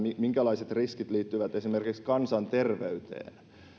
minkälaiset riskit liittyvät esimerkiksi kansanterveyteen